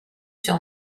sur